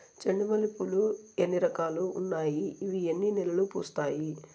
చెండు మల్లె పూలు లో ఎన్ని రకాలు ఉన్నాయి ఇవి ఎన్ని నెలలు పూస్తాయి